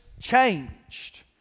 changed